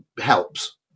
helps